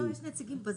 יש נציגים בזום.